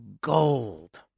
gold